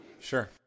Sure